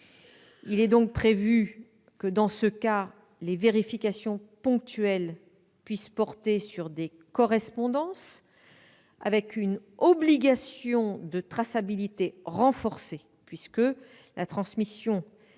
Il est donc prévu que, dans ce cas, les vérifications ponctuelles puissent porter sur des correspondances, avec une obligation de traçabilité renforcée, dans la mesure où des